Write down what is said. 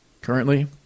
Currently